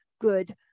good